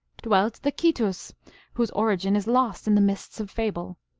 dwelt the quitus, whose origin is lost in the mists of fable.